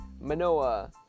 Manoa